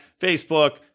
Facebook